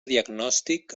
diagnòstic